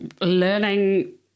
learning